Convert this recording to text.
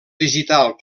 digital